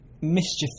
mischievous